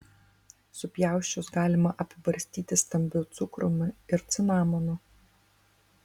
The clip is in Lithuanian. supjausčius galima apibarstyti stambiu cukrumi ir cinamonu